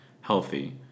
healthy